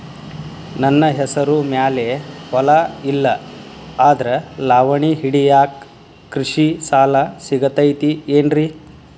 ನನ್ನ ಹೆಸರು ಮ್ಯಾಲೆ ಹೊಲಾ ಇಲ್ಲ ಆದ್ರ ಲಾವಣಿ ಹಿಡಿಯಾಕ್ ಕೃಷಿ ಸಾಲಾ ಸಿಗತೈತಿ ಏನ್ರಿ?